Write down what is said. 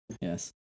Yes